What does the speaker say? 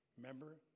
Remember